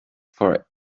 for